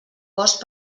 cost